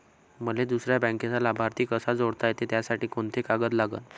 मले दुसऱ्या बँकेचा लाभार्थी कसा जोडता येते, त्यासाठी कोंते कागद लागन?